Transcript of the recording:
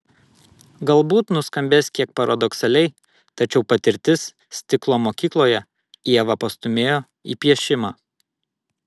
galbūt nuskambės kiek paradoksaliai tačiau patirtis stiklo mokykloje ievą pastūmėjo į piešimą